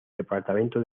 departamento